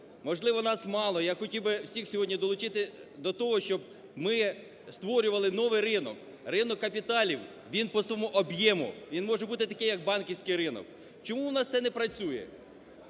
Можливо, нас мало. Я хотів би всіх сьогодні долучити до того, щоб ми створювали новий ринок. Ринок капіталів – він по своєму об'єму може бути такий, який банківський ринок. Чому у нас це не працює?